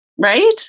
Right